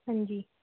हाँ जी